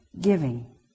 giving